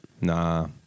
Nah